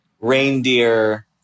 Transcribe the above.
Reindeer